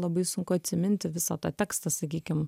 labai sunku atsiminti visą tą tekstą sakykim